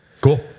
Cool